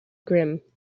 grimm